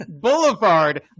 Boulevard